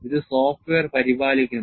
ഇത് സോഫ്റ്റ്വെയർ പരിപാലിക്കുന്നു